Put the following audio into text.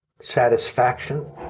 satisfaction